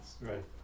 Right